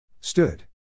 Stood